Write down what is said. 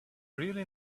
really